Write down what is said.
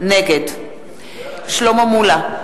נגד שלמה מולה,